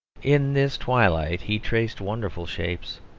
in this twilight he traced wonderful shapes.